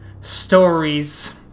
stories